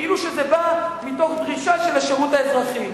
כאילו זה בא מתוך דרישה של השירות האזרחי.